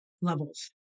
levels